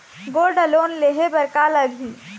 Gold loan लेहे बर का लगही?